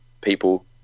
people